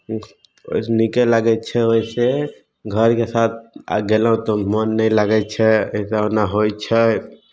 ओ नीके लागै छै ओहिसँ घरके साथ गयलहुँ तऽ मोन नहि लगै छै होइ छै